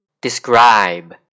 describe